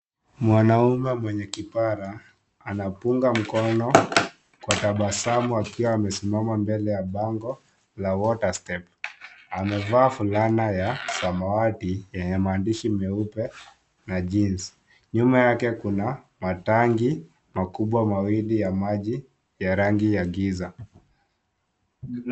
Mwanaume mwenye kipara anapunga mkono kwa tabasamu akiwa amesimama mbele ya bango la WaterStep . Amevaa fulana ya samawati yenye maadishi meupe na jeans . Nyuma yake kuna matangi makubwa mawili ya maji ya rangi ya giza.